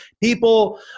people